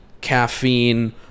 caffeine